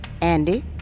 Andy